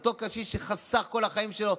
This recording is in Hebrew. אותו קשיש שחסך כל החיים שלו,